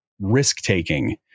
risk-taking